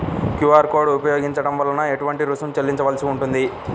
QR code ఉపయోగించటం వలన ఏటువంటి రుసుం చెల్లించవలసి ఉంటుంది?